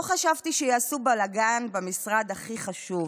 לא חשבתי שיעשו בלגן במשרד הכי חשוב,